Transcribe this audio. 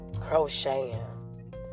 crocheting